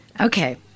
okay